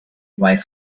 while